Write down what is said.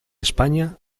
españa